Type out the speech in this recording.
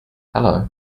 hello